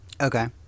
Okay